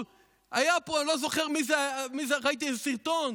היה פה, אני לא זוכר מי זה, ראיתי איזה סרטון